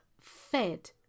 fed